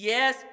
Yes